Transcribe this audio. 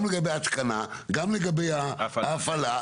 הוא יבדוק גם לגבי ההתקנה וגם לגבי ההפעלה.